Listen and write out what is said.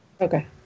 Okay